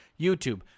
YouTube